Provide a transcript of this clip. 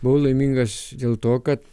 buvau laimingas dėl to kad